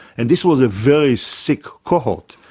and this was a very sick cohort,